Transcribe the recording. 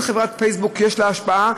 ואם לחברת פייסבוק יש השפעה,